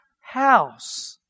house